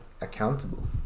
accountable